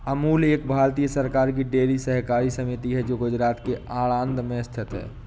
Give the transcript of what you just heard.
अमूल एक भारतीय सरकार की डेयरी सहकारी समिति है जो गुजरात के आणंद में स्थित है